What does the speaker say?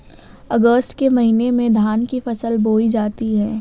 अगस्त के महीने में धान की फसल बोई जाती हैं